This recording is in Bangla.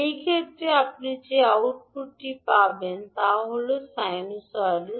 এই ক্ষেত্রে আপনি যে আউটপুটটি পাবেন তা হল সাইনোসয়েডাল